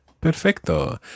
Perfecto